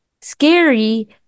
scary